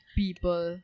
people